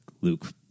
Luke